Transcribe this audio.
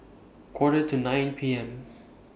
Quarter to nine P M